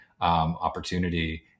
opportunity